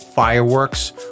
Fireworks